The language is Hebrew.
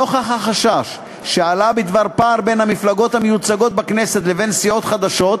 נוכח החשש שעלה בדבר פער בין המפלגות המיוצגות בכנסת לבין סיעות חדשות,